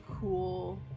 cool